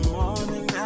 morning